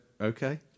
Okay